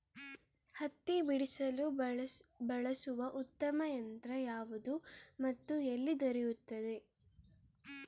ಹತ್ತಿ ಬಿಡಿಸಲು ಬಳಸುವ ಉತ್ತಮ ಯಂತ್ರ ಯಾವುದು ಮತ್ತು ಎಲ್ಲಿ ದೊರೆಯುತ್ತದೆ?